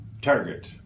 target